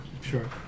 Sure